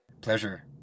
Pleasure